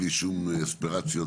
בלי שום אספירציות,